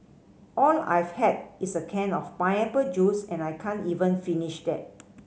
all I've had is a can of pineapple juice and I can't even finish that